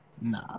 Nah